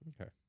Okay